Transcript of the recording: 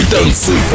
Dance